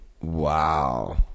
Wow